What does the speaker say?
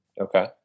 Okay